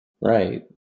right